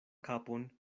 kapon